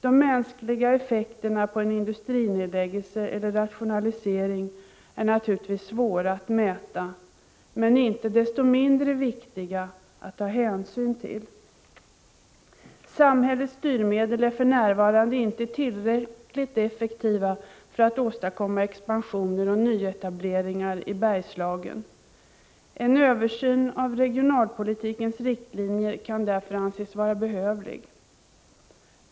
De mänskliga effekterna av en industrinedläggelse eller rationalisering är naturligtvis svåra att mäta, men inte desto mindre viktiga att ta hänsyn till. Samhällets styrmedel är för närvarande inte tillräckligt effektiva för att åstadkomma expansion och nyetableringar i Bergslagen. En översyn av regionalpolitikens riktlinjer kan därför anses vara behövlig.